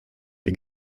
wir